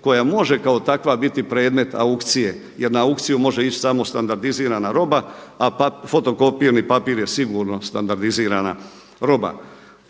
koja može kao takva biti predmet aukcije. Jer na aukciju može ići samo standardizirana roba, a fotokopirni papir je sigurno standardizirana roba.